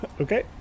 Okay